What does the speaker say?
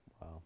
Wow